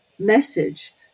message